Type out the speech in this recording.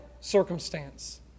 circumstance